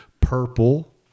purple